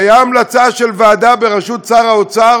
והייתה המלצה של ועדה בראשות שר האוצר,